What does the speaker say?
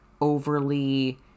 overly